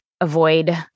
avoid